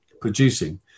producing